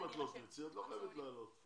אם לא תרצי, את לא חייבת לעלות.